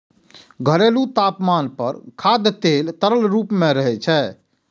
घरेलू तापमान पर खाद्य तेल तरल रूप मे रहै छै